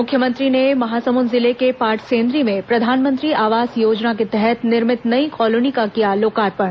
मुख्यमंत्री ने महासमुंद जिले के पाटसेन्द्री में प्रधानमंत्री आवास योजना के तहत निर्मित नई कॉलोनी का किया लोकार्पण